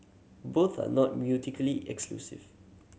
both are not exclusive